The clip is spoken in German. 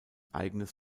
eigenes